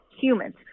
humans